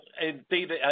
indeed